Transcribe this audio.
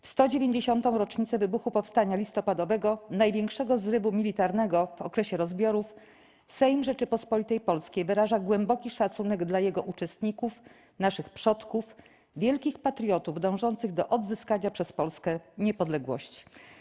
W 190. rocznicę wybuchu Powstania Listopadowego, największego zrywu militarnego w okresie rozbiorów, Sejm Rzeczypospolitej Polskiej wyraża głęboki szacunek dla jego uczestników - naszych przodków, wielkich patriotów dążących do odzyskania przez Polskę niepodległości”